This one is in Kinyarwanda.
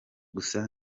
gusa